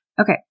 Okay